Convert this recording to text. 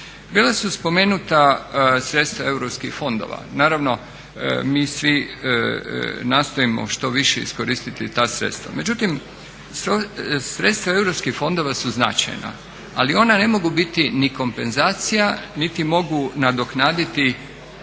Bila su spomenuta sredstva europskih fondova. Naravno, mi svi nastojimo što više iskoristiti ta sredstva. Međutim, sredstva europskih fondova su značajna, ali ona ne mogu biti ni kompenzacija, niti mogu nadoknaditi